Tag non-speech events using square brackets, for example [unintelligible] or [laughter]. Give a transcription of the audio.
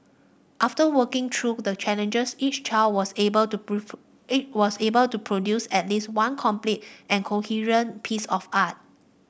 after working through the challenges each child was able to [unintelligible] each was able to produce at least one complete and coherent piece of art